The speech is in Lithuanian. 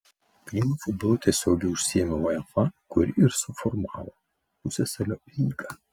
krymo futbolu tiesiogiai užsiėmė uefa kuri ir suformavo pusiasalio lygą